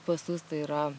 pasus tai yra